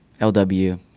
lw